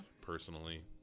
Personally